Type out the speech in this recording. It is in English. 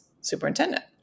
superintendent